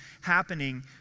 happening